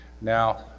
Now